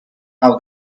how